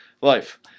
Life